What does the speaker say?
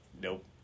Nope